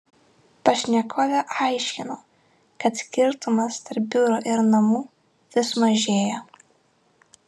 pašnekovė aiškino kad skirtumas tarp biuro ir namų vis mažėja